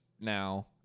now